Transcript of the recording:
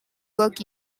work